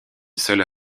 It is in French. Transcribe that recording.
seule